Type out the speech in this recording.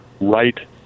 right